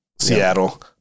Seattle